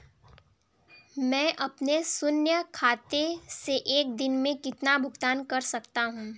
मैं अपने शून्य खाते से एक दिन में कितना भुगतान कर सकता हूँ?